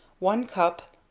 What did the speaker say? one cup,